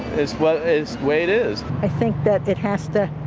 as well as weight is i think that that has to.